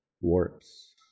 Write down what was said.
warps